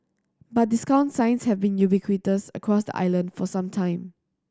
but discount signs have been ubiquitous across the island for some time